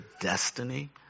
destiny